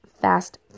fast